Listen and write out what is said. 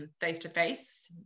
face-to-face